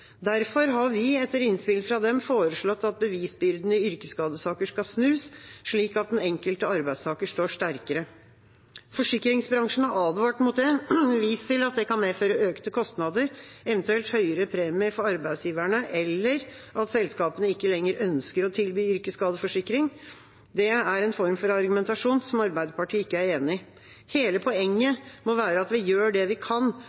Derfor har vi, etter innspilt fra dem, foreslått at bevisbyrden i yrkesskadesaker skal snus, slik at den enkelte arbeidstaker står sterkere. Forsikringsbransjen har advart mot det og vist til at det kan medføre økte kostnader, eventuelt høyere premie for arbeidsgiverne eller at selskapene ikke lenger ønsker å tilby yrkesskadeforsikring. Det er en form for argumentasjon som Arbeiderpartiet ikke er enig i. Hele poenget må være at vi gjør det vi kan